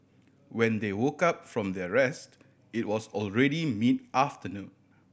when they woke up from their rest it was already mid afternoon